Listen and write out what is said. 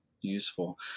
useful